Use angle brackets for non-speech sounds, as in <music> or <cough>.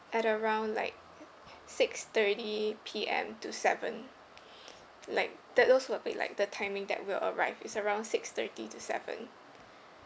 at around like six thirty P_M to seven <breath> like that those will be like the timing that we'll arrive is around six thirty to seven